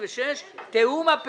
יש שאלות, אני אענה.